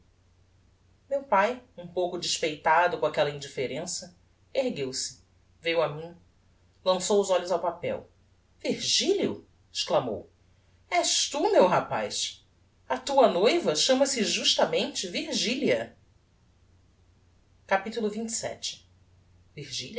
meu pae um pouco despeitado com aquella indifferença ergueu-se veiu a mim lançou os olhos ao papel virgilio exclamou és tu meu rapaz a tua noiva chama-se justamente virgilia capitulo